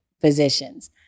physicians